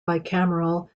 bicameral